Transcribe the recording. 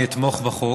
אני אתמוך בחוק.